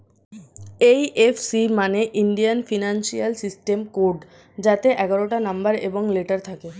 এই F C মানে Indian financial system code যাতে এগারোটা নম্বর এবং লেটার থাকে